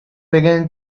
began